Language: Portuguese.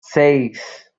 seis